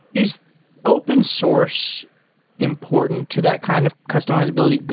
is open source important to that kind of customizability?